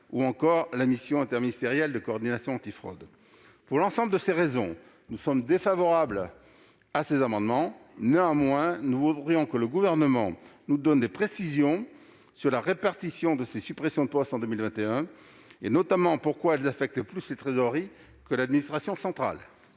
ou encore la Mission interministérielle de coordination anti-fraude. Pour l'ensemble de ces raisons, nous sommes défavorables à ces amendements. Nous voudrions néanmoins que le Gouvernement apporte des précisions sur la répartition des suppressions de postes prévues en 2021. Pourquoi affectent-elles plus les trésoreries que l'administration centrale